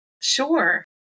Sure